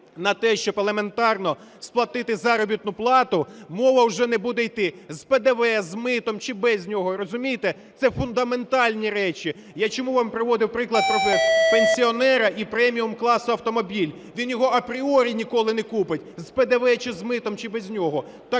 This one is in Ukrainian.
на те, щоб елементарно сплатити заробітну плату, мова вже не буде йти з ПДВ, з митом чи без нього. Розумієте, це фундаментальні речі. Я чому вам приводив приклад про пенсіонера і преміумкласу автомобіль. Він його апріорі ніколи не купить, з ПДВ чи з митом, чи без нього.